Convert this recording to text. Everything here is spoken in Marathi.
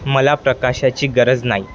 मला प्रकाशाची गरज नाही